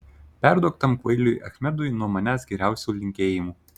perduok tam kvailiui achmedui nuo manęs geriausių linkėjimų